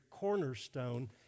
cornerstone